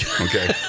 okay